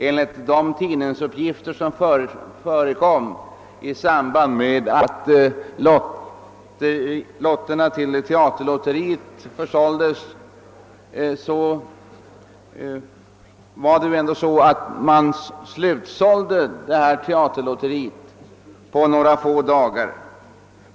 Enligt de tidningsuppgifter som förekom i samband med att lotterna i teaterlotteriet försåldes blev dessa lotter slutsålda på några få dagar.